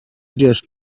just